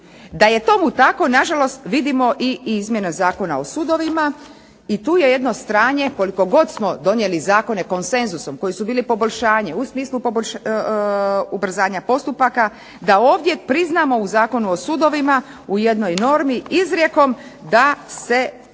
Da je tomu tako na žalost vidimo i izmjene Zakona o sudovima i tu je jedno stanje koliko god smo donijeli zakone konsenzusom koji su bili poboljšanje u smislu ubrzanja postupaka da ovdje priznamo u Zakonu o sudovima u jednoj normi izrijekom da se